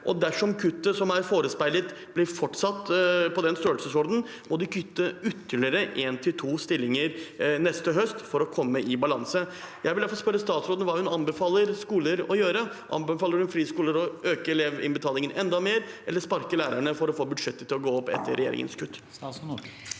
Dersom kuttet som er forespeilet, fortsatt blir i den størrelsesordenen, må de kutte ytterligere én til to stillinger neste høst for å komme i balanse. Jeg vil derfor spørre statsråden hva hun anbefaler skoler å gjøre. Anbefaler hun friskoler å øke elevinnbetalingen enda mer eller å sparke lærere for å få budsjettet til å gå opp etter regjeringens kutt?